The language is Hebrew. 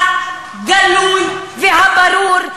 הגלוי והברור,